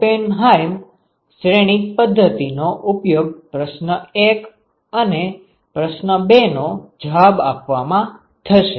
Oppenheim શ્રેણિક પદ્ધતિ નો ઉપયોગ પ્રશ્ન 1 અને પ્રશ્ન 2 નો જવાબ આપવામાં થશે